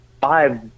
five